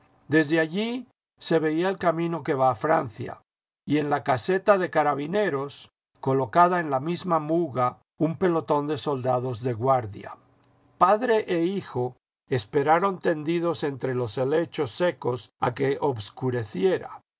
desde aquí se veía el camino que va a francia y en la caseta de carabineros colocada en la misma muga un pelotón de soldados de guardia padre e hijo esperaron tendidos entre los heléchos secos a que obscureciera